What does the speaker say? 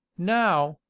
now,